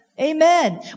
Amen